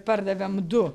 pardavėm du